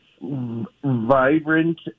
vibrant